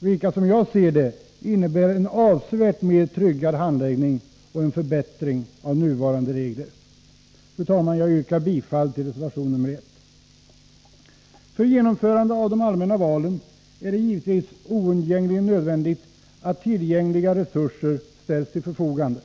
vilka, som jag ser det, innebär en avsevärt mer tryggad handläggning och en förbättring av nuvarande regler. Fru talman! Jag yrkar bifall till reservation nr 1. För genomförandet av de allmänna valen är det givetvis oundgängligen nödvändigt att tillräckliga resurser ställs till förfogande.